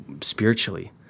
spiritually